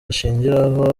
ashingiraho